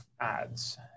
ads